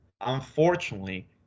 Unfortunately